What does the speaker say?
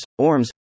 ORMs